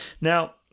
Now